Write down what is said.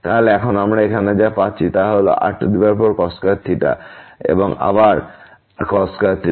তাহলে এখন আমরা এখানে যা পাচ্ছি তা হল r4cos2 এবং আবার cos2